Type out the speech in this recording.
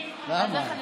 למה?